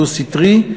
דו-סטרי,